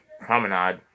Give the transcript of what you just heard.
promenade